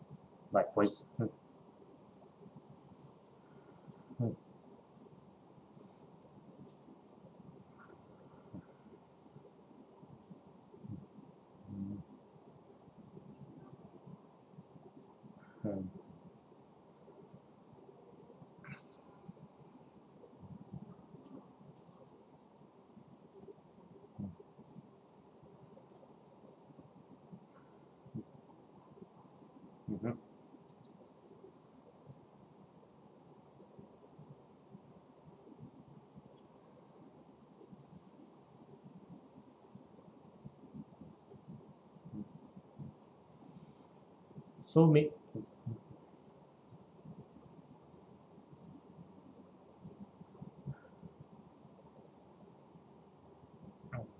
like for ex~ uh mm uh ya so mea~ oh